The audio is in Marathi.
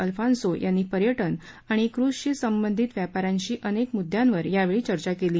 अल्फान्सो यांनी पर्यटन आणि क्रजशी संबंधित व्यापाऱ्यांशी अनेक मुद्यांवर यावेळी चर्चा केली